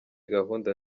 gahunda